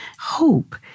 Hope